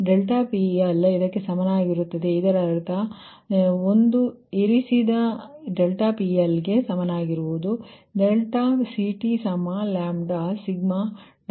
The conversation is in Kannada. ಆದ್ದರಿಂದ PL ಇದಕ್ಕೆ ಸಮಾನವಾಗಿರುತ್ತದೆ ಇದರರ್ಥ ಇದು ಒಂದು ಇದು ನೀವು ಇಲ್ಲಿ ಇರಿಸಿದ ಡೆಲ್ಟಾ PL ಗೆ ಸಮಾನವಾಗಿರುತ್ತದೆ